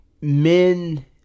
men